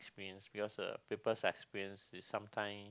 because uh people's experience is sometime